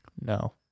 No